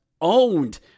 owned